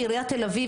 בעיריית תל אביב,